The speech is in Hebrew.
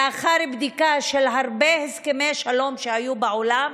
לאחר בדיקה של הרבה הסכמי שלום שהיו בעולם,